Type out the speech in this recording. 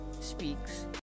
speaks